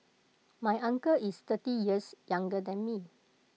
my uncle is thirty years younger than me